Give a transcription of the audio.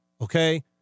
okay